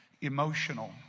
emotional